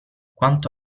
quanto